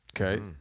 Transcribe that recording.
okay